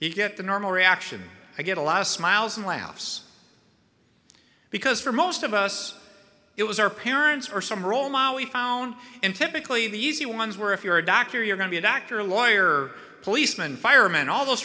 you get the normal reaction i get a lot of smiles and laughs because for most of us it was our parents or some role model we found in typically the easy ones where if you're a doctor you're going to a doctor a lawyer policeman fireman all those